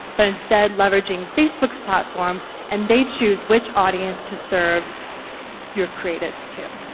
but instead leveraging facebook's platform and they choose which audience to serve your creatives to.